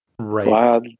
right